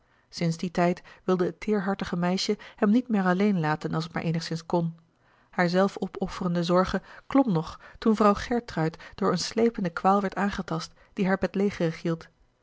sinds dien tijd wilde het teêrhartige meisje hem niet meer alleen laten als het maar eenigszins kon hare zelfopofferende zorge klom nog toen vrouw geertruid door eene sleepende kwaal werd aangetast die haar bedlegerig hield